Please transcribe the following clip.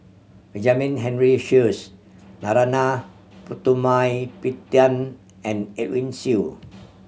Benjamin Henry Sheares Narana Putumaippittan and Edwin Siew